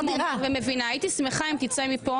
הייתי שמחה אם תצא מכאן